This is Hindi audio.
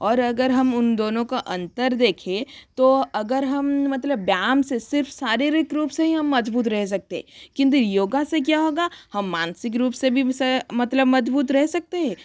और अगर हम उन दोनों का अंतर देखें तो अगर हम मतलब व्यायाम से सिर्फ शरीरिक रूप से ही हम मजबूत रह सकते किंतु योगा से क्या होगा हम मानसिक रूप से भी मतलब मजबूत रह सकते हैं